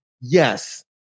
Yes